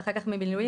ואחר כך במילואים,